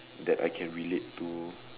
that I can relate to